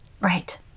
right